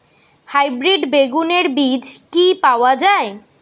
Hybrid বেগুনের বীজ কি পাওয়া য়ায়?